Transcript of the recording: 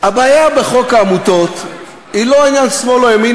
הבעיה בחוק העמותות היא לא עניין שמאל או ימין,